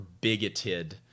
bigoted